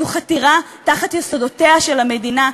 זו חתירה תחת יסודותיה של המדינה,